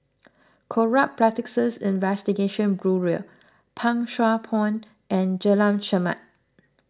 Corrupt Practices Investigation Bureau Pang Sua Pond and Jalan Chermat